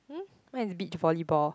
hmm mine is beach volleyball